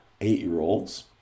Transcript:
eight-year-olds